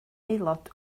aelod